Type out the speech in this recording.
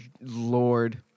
Lord